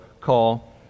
call